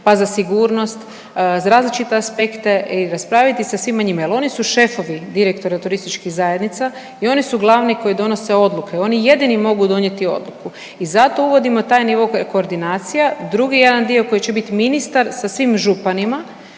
pa za sigurnost, za različite aspekte i raspraviti sa svima njima jel oni su šefovi direktora turističkih zajednica i oni su glavni koji donose odluke i oni jedini mogu donijeti odluku i zato uvodimo taj nivo koordinacija, drugi jedan dio koji će bit ministar sa svim županima